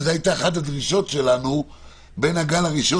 זו היתה אחת הדרישות שלנו בין הגל הראשון